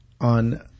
on